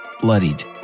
Bloodied